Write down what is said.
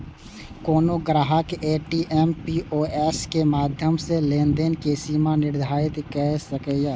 कोनो ग्राहक ATM, POS के माध्यम सं लेनदेन के सीमा निर्धारित कैर सकैए